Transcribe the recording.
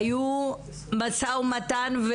והיה משא-ומתן,